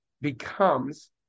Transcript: becomes